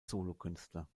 solokünstler